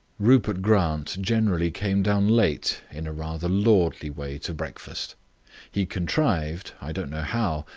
rupert grant generally came down late in a rather lordly way to breakfast he contrived, i don't know how,